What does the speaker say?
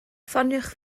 ffoniwch